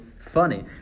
Funny